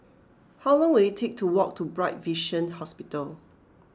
how long will it take to walk to Bright Vision Hospital